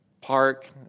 park